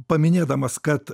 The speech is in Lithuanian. paminėdamas kad